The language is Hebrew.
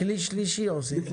בכלי שלישי עושים אותו.